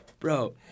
Bro